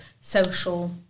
social